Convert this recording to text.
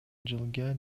жылга